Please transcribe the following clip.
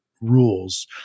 rules